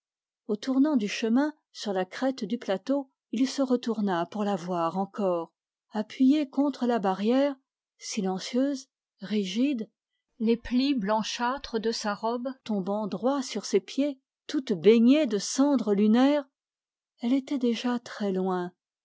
au tournant du chemin il se retourna pour la voir encore appuyée contre la barrière silencieuse rigide les plis blanchâtres de sa robe tombant droit sur ses pieds toute baignée de cendre lunaire elle était déjà très loin